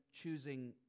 choosing